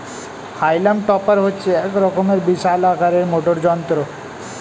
হাইলাম টপার হচ্ছে এক রকমের বিশাল আকারের মোটর যন্ত্র